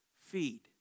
feed